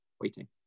waiting